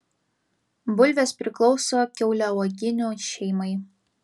bulvės priklauso kiauliauoginių šeimai